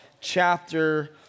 chapter